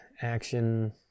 action